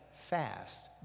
fast